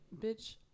bitch